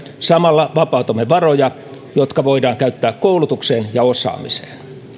samalla vapautamme varoja jotka voidaan käyttää koulutukseen ja osaamiseen